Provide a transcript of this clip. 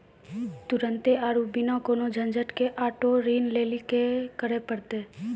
तुरन्ते आरु बिना कोनो झंझट के आटो ऋण लेली कि करै पड़तै?